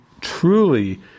truly